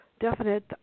definite